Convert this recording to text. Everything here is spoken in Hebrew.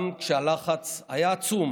גם כשהלחץ היה עצום